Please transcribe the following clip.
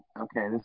Okay